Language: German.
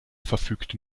verfügt